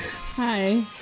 Hi